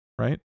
right